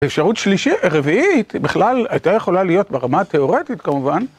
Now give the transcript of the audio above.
ואפשרות רביעית היא בכלל הייתה יכולה להיות, ברמה התיאורטית, כמובן.